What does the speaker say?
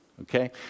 Okay